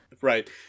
right